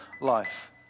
life